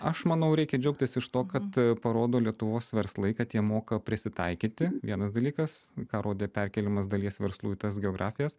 aš manau reikia džiaugtis iš to kad parodo lietuvos verslai kad jie moka prisitaikyti vienas dalykas ką rodė perkėlimas dalies verslų į tas geografijas